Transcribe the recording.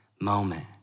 moment